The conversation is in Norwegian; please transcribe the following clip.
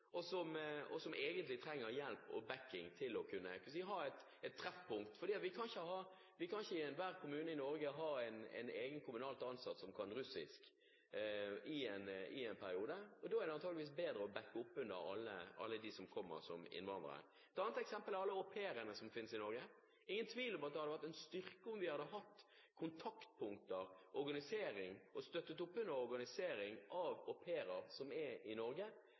og som egentlig trenger hjelp og bakking til å kunne ha treffpunkter. Vi kan ikke ha en egen kommunalt ansatt som kan russisk i enhver kommune i Norge. Da er det antakeligvis bedre å bakke opp alle dem som kommer som innvandrere. Et annet eksempel er alle au pair som finnes i Norge. Det er ingen tvil om at det hadde vært en styrke om vi hadde hatt kontaktpunkter og støttet opp under en organisering av au pair som er i Norge,